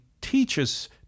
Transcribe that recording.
Teaches